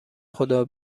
خدا